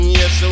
Yes